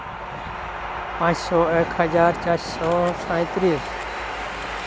ᱯᱟᱸᱪᱥᱳ ᱮᱠ ᱦᱟᱡᱟᱨ ᱪᱟᱨᱥᱳ ᱥᱟᱭᱛᱤᱨᱤᱥ